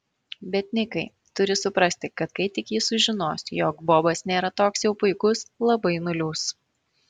bet nikai turi suprasti kad kai tik ji sužinos jog bobas nėra toks jau puikus labai nuliūs